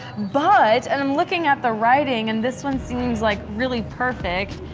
but, and i'm looking at the writing, and this one seems like really perfect,